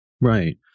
Right